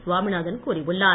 சுவாமிநாதன் கூறியுள்ளார்